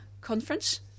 Conference